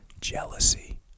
Jealousy